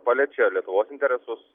paliečia lietuvos interesus